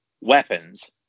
weapons